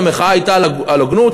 המחאה הייתה על הוגנות,